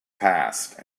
passed